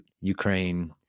Ukraine